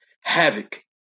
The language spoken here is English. havoc